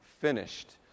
finished